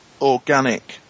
organic